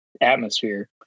atmosphere